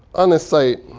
on this site,